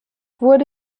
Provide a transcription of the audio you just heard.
wurde